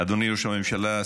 אדוני ראש הממשלה,